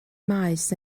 maes